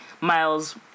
Miles